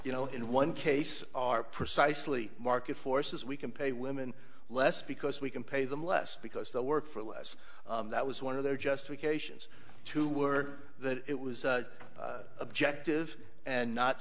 you know in one case are precisely market forces we can pay women less because we can pay them less because they work for less that was one of their justification to were that it was objective and not